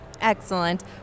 Excellent